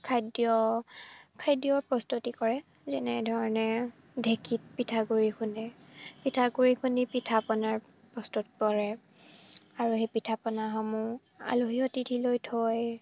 খাদ্য খাদ্য প্ৰস্তুতি কৰে যেনেধৰণে ঢেঁকীত পিঠাগুড়ি খুন্দে পিঠাগুড়ি খুন্দি পিঠা পনাৰ প্ৰস্তুত কৰে আৰু সেই পিঠা পনাসমূহ আলহী অতিথি লৈ থৈ